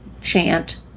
chant